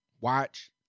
watch